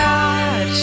God